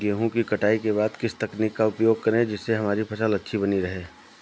गेहूँ की कटाई के बाद किस तकनीक का उपयोग करें जिससे हमारी फसल अच्छी बनी रहे?